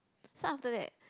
so after that